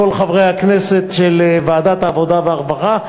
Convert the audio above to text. כל חברי הכנסת של ועדת העבודה והרווחה,